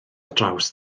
draws